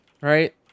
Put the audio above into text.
right